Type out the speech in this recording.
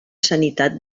sanitat